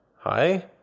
hi